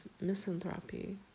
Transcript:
misanthropy